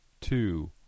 two